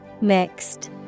Mixed